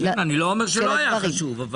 אני לא אומר שלא היה חשוב.